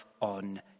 on